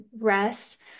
rest